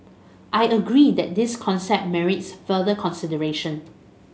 I agree that this concept merits further consideration